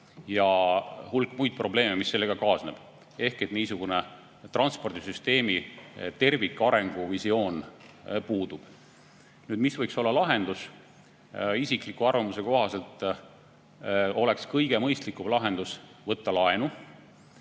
on hulk muidki probleeme, mis sellega kaasneb. Ehk siis terviklik transpordisüsteemi arenguvisioon puudub. Mis võiks olla lahendus? Minu isikliku arvamuse kohaselt oleks kõige mõistlikum lahendus võtta laenu.